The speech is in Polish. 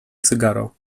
cygaro